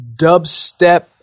dubstep